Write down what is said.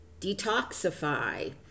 detoxify